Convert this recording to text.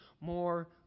more